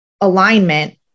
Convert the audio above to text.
alignment